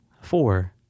four